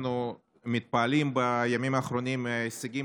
אנחנו מתפעלים בימים האחרונים מההישגים